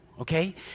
Okay